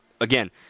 Again